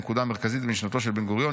הנקודה המרכזית במשנתו של בן-גוריון,